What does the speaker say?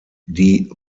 die